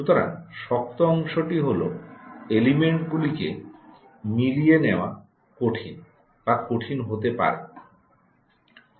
সুতরাং শক্ত অংশটি হল এলিমেন্টসগুলিকে মিলিয়ে নেওয়া কঠিন বা কঠিন হতে পারে